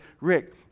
Rick